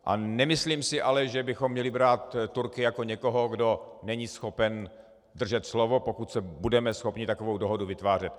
A nemyslím si ale, že bychom měli brát Turky jako někoho, kdo není schopen držet slovo, pokud budeme schopni takovou dohodu vytvářet.